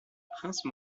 prince